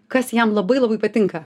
kas jam labai patinka